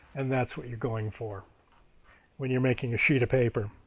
and that's what you're going for when you're making a sheet of paper.